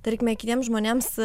tarkime kitiems žmonėms